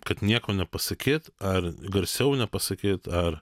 kad nieko nepasakyt ar garsiau nepasakyt ar